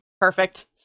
perfect